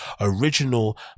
original